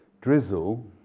Drizzle